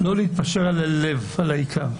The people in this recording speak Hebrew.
לא להתפשר על הלב, על העיקר.